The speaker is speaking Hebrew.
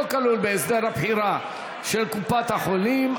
כלול בהסדר הבחירה של קופת החולים),